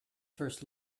first